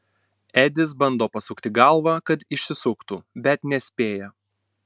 edis bando pasukti galvą kad išsisuktų bet nespėja